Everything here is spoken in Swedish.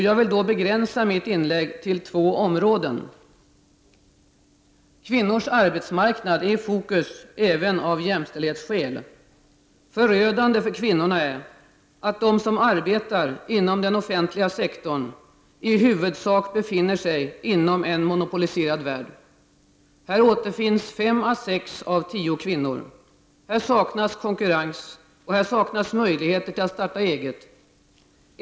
Jag vill då begränsa mitt inlägg till två områden. Kvinnors arbetsmarknad är i fokus även av jämställdhetsskäl. Förödande för kvinnorna är att de som arbetar inom den offentliga sektorn i huvudsak befinner sig inom en monopoliserad värld. Här återfinns fem å sex av tio kvinnor. Här saknas konkurrens, och här saknas möjligheter till att starta eget.